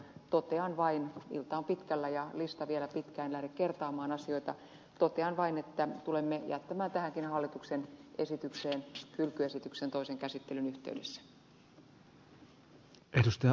totean vain ilta on pitkällä ja lista vielä pitkä en lähde kertaamaan asioita että tulemme jättämään tähänkin hallituksen esitykseen hylkäämisesityksen toisen käsittelyn yhteydessä